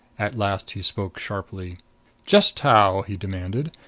at last he spoke sharply just how, he demanded,